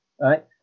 right